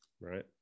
right